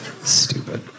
Stupid